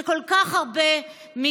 של כל כך הרבה מגזרים.